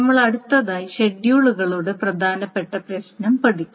നമ്മൾ അടുത്തതായി ഷെഡ്യൂളുകളുടെ പ്രധാനപ്പെട്ട പ്രശ്നം പഠിക്കും